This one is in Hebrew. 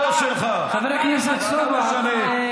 הפכת לקרקס את הבית הזה, אין בעיה.